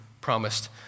promised